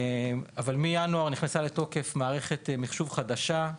מינואר נכנסה לתוקף מערכת מחשוב חדשה,